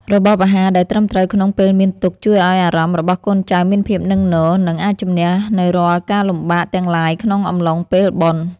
របបអាហារដែលត្រឹមត្រូវក្នុងពេលមានទុក្ខជួយឱ្យអារម្មណ៍របស់កូនចៅមានភាពនឹងនរ និង អាចជម្នះនូវរាល់ការលំបាកទាំងឡាយក្នុងអំឡុងពេលបុណ្យ។